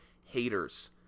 haters